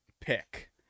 pick